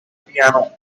piano